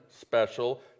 special